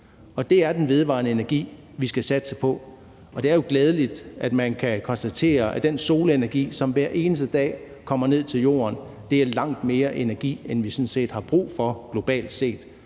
Det er den vedvarende energi, vi skal satse på, og det er jo glædeligt, at man kan konstatere, at den solenergi, som hver eneste dag kommer ned til Jorden, er langt mere energi, end vi sådan set har brug for globalt set.